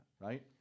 right